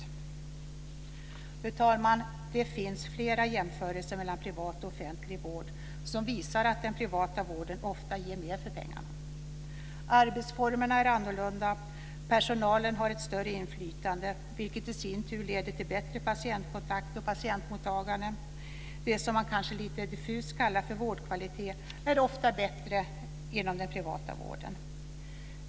Fru talman! Det finns flera jämförelser mellan privat och offentlig vård som visar att den privata vården ofta ger mer för pengarna. Arbetsformerna är annorlunda, personalen har ett större inflytande, vilket i sin tur leder till bättre patientkontakt och patientmottagande. Det som man kanske lite diffust kallar för vårdkvalitet är ofta bättre inom den privata vården.